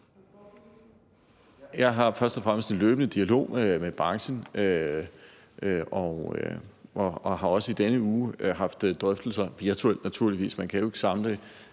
Jeg har først og fremmest en løbende dialog med branchen. Jeg har også i denne uge haft drøftelser, naturligvis virtuelt – man kan jo ikke samle